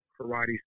Karate